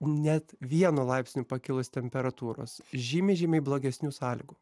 net vienu laipsniu pakilus temperatūros žymiai žymiai blogesnių sąlygų